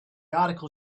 article